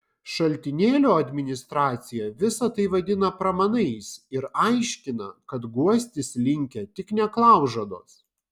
šaltinėlio administracija visa tai vadina pramanais ir aiškina kad guostis linkę tik neklaužados